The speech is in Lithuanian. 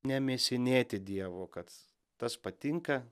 nemėsinėti dievo kad tas patinka